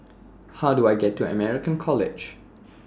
How Do I get to American College